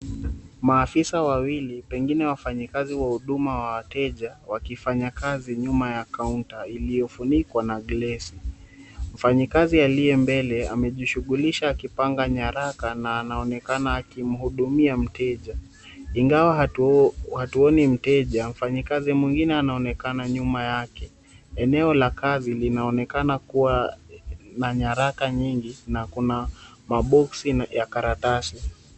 Maafisa wawili, pengine wafanyakazi wa huduma wa wateja, wakifanya kazi nyuma ya kaunta iliyofunikwa na glasi. Mfanyakazi aliye mbele amejishughulisha akipanga nyaraka na anaonekana akimhudumia mteja. Ingawa hatuoni mteja, mfanyikazi mwingine anaonekana nyuma yake. Eneo la kazi linaonekana kuwa na nyaraka nyingi na kuna maboksi ya karatasi.